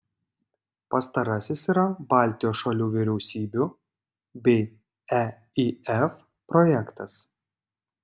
pastarasis yra baltijos šalių vyriausybių bei eif projektas